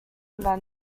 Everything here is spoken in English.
inventor